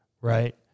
right